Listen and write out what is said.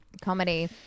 comedy